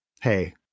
hey